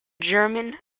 german